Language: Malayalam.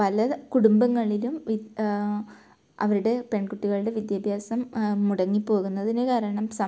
പല കുടുംബങ്ങളിലും അവരുടെ പെൺകുട്ടികളുടെ വിദ്യാഭ്യാസം മുടങ്ങിപ്പോകുന്നതിന് കാരണം സം